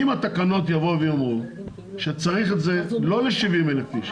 אם התקנות יאמרו שצריך את זה בכלל,